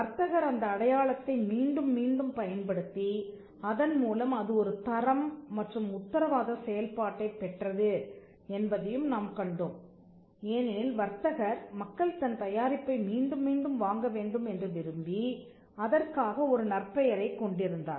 வர்த்தகர் அந்த அடையாளத்தை மீண்டும் மீண்டும் பயன்படுத்தி அதன்மூலம் அது ஒரு தரம் மற்றும் உத்தரவாத செயல்பாட்டைப் பெற்றது என்பதையும் நாம் கண்டோம் ஏனெனில் வர்த்தகர் மக்கள் தன் தயாரிப்பை மீண்டும் மீண்டும் வாங்க வேண்டும் என்று விரும்பி அதற்காக ஒரு நற்பெயரைக் கொண்டிருந்தார்